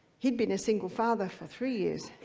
he'd been a single father for three years.